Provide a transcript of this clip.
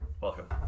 Welcome